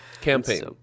Campaign